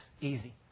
easy